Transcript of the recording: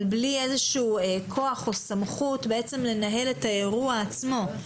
אבל בלי איזשהו כוח או סמכות לנהל את האירוע עצמו.